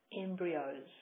embryos